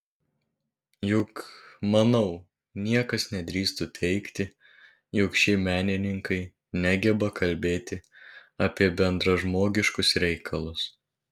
juk manau niekas nedrįstų teigti jog šie menininkai negeba kalbėti apie bendražmogiškus reikalus